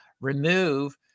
remove